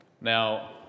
Now